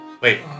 Wait